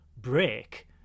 break